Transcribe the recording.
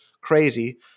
crazy